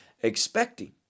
expecting